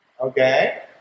okay